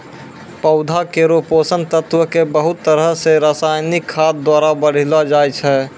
पौधा केरो पोषक तत्व क बहुत तरह सें रासायनिक खाद द्वारा बढ़ैलो जाय छै